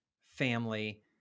family